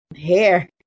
hair